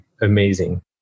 amazing